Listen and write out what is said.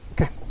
Okay